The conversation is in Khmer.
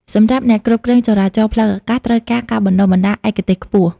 សម្រាប់អ្នកគ្រប់គ្រងចរាចរណ៍ផ្លូវអាកាស ត្រូវការការបណ្ដុះបណ្ដាលឯកទេសខ្ពស់។